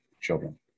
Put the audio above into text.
children